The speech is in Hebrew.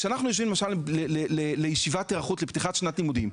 כשאנחנו יושבים למשל בישיבת היערכות לפתיחת שנת לימודים,